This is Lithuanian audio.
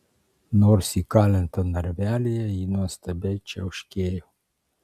nors įkalinta narvelyje ji nuostabiai čiauškėjo